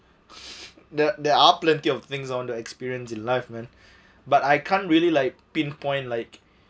the there are plenty of things on the experience in life man but I can't really like pinpoint like